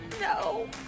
No